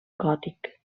gòtic